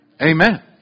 Amen